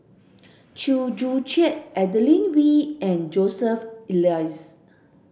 Chew Joo Chiat Adeline Ooi and Joseph Elias